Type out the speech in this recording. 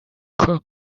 cock